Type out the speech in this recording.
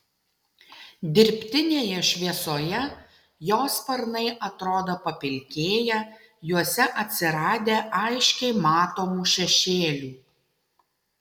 dirbtinėje šviesoje jo sparnai atrodo papilkėję juose atsiradę aiškiai matomų šešėlių